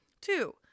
Two